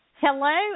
Hello